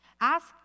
Ask